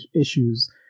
issues